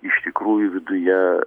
iš tikrųjų viduje